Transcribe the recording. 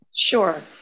Sure